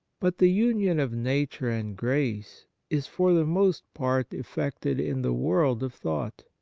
but the union of nature and grace is, for the most part, effected in the world of thought.